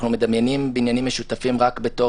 אנחנו מדמיינים בניינים משותפים רק בתור